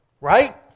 right